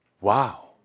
Wow